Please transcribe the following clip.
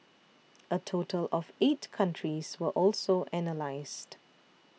a total of eight countries were also analysed